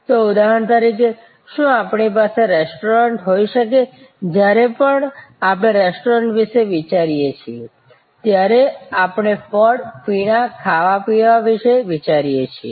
તો ઉદાહરણ તરીકે શું આપણી પાસે રેસ્ટોરન્ટ હોઈ શકે જ્યારે પણ આપણે રેસ્ટોરન્ટ વિશે વિચારીએ છીએ ત્યારે આપણે ફળ અને પીણા ખાવા પીવા વિશે વિચારીએ છીએ